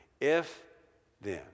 If-then